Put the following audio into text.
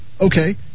Okay